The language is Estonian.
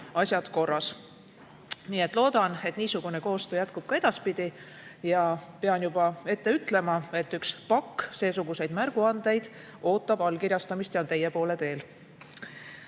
asjad korras. Loodan, et niisugune koostöö jätkub ka edaspidi. Ja pean juba ette ütlema, et üks pakk seesuguseid märguandeid ootab allkirjastamist ja on teie poole teel.